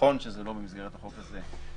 נכון שזה לא במסגרת החוק הזה,